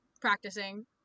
practicing